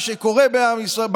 שמים פס על מה שקורה בעם ישראל,